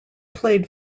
played